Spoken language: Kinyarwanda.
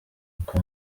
uko